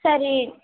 சரி